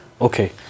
Okay